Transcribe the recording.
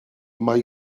mae